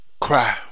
cry